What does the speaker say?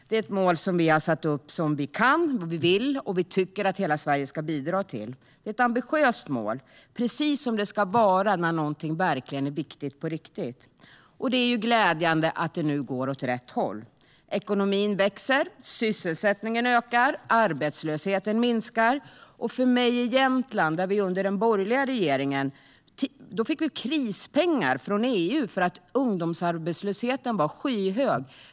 Det är ett mål vi har satt och som vi kan och vill uppnå, och vi tycker att hela Sverige ska bidra till det. Det är ett ambitiöst mål - precis som det ska vara när något verkligen är viktigt på riktigt. Det är glädjande att det nu går åt rätt håll. Ekonomin växer, sysselsättningen ökar och arbetslösheten minskar. I Jämtland, där jag bor, fick vi under den borgerliga regeringen krispengar från EU för att ungdomsarbetslösheten var skyhög.